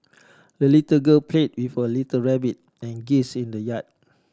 the little girl played with her little rabbit and geese in the yard